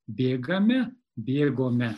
bėgame bėgome